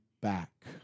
back